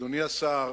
אדוני השר,